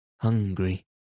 hungry